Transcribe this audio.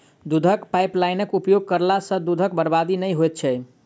दूधक पाइपलाइनक उपयोग करला सॅ दूधक बर्बादी नै होइत छै